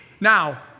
Now